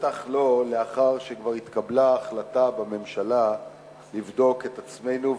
בטח לא לאחר שכבר התקבלה החלטה בממשלה לבדוק את עצמנו,